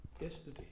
yesterday